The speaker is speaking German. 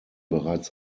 bereits